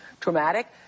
traumatic